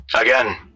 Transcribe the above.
Again